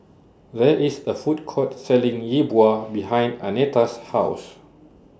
There IS A Food Court Selling Yi Bua behind Annetta's House